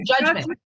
Judgment